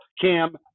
cam